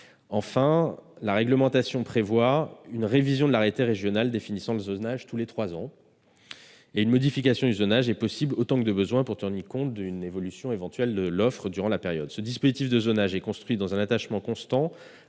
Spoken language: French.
Enfin, la réglementation prévoit une révision de l'arrêté régional définissant le zonage tous les trois ans. Une modification du zonage est possible en tant que de besoin pour tenir compte d'une éventuelle évolution de l'offre durant la période. Ce dispositif de zonage est construit de telle sorte